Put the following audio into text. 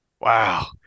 Wow